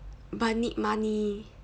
but need money